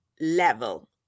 Level